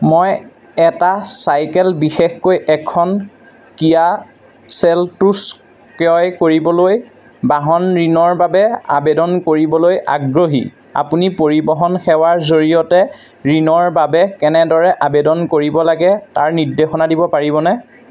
মই এটা চাইকেল বিশেষকৈ এখন কিয়া চেলটোছ ক্ৰয় কৰিবলৈ বাহন ঋণৰ বাবে আবেদন কৰিবলৈ আগ্ৰহী আপুনি পৰিবহণ সেৱাৰ জৰিয়তে ঋণৰ বাবে কেনেদৰে আবেদন কৰিব লাগে তাৰ নিৰ্দেশনা দিব পাৰিবনে